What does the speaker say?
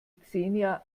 xenia